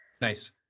Nice